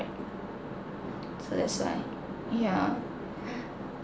so that's why yeah